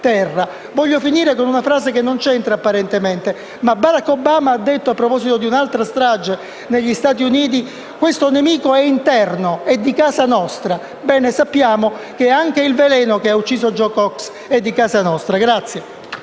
terra. Vorrei concludere con una frase che apparentemente non c'entra: Barack Obama ha detto, a proposito di un'altra strage negli Stati Uniti che questo nemico è interno, è di casa nostra. Ebbene, sappiamo che anche il veleno che ha ucciso Jo Cox è di casa nostra.